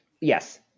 yes